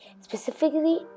specifically